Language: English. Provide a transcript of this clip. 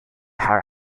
her